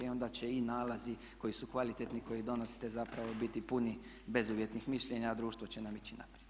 I onda će i nalazi koji su kvalitetni koje donosite zapravo biti puni bezuvjetnih mišljenja, a društvo će nam ići naprijed.